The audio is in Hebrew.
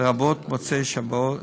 לרבות מוצאי-שבת.